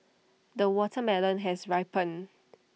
the watermelon has ripened